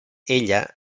ella